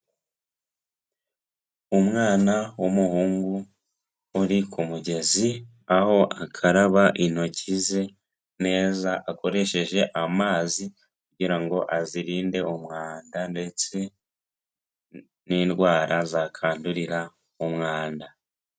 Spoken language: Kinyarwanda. Umwana w'umuhungu uri ku mugezi, aho akaba intoki ze neza akoresheje amazi, kugirango azirinde umwanda ndetse n'indwara zakwandurira mu umwanda.